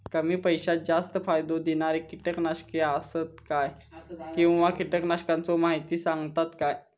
कमी पैशात जास्त फायदो दिणारी किटकनाशके आसत काय किंवा कीटकनाशकाचो माहिती सांगतात काय?